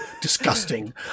Disgusting